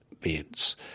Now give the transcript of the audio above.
beds